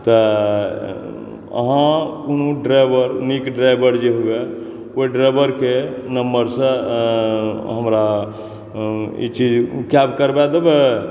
तऽ अहाँ कोनो ड्राइवर नीक ड्राइवर जे हुए ओहि ड्राइवरकेॅं नम्बर सॅं हमरा ई चीज कैब करबा देबै